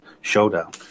showdown